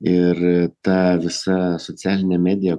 ir ta visa socialinė medija